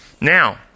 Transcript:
Now